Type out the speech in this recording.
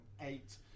eight